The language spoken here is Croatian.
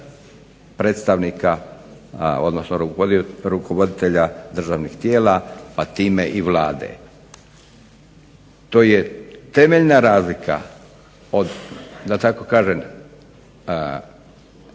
predstavnika, odnosno rukovoditelja državnih tijela, pa time i Vlade. To je temeljna razlika od da tako kažem